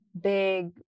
big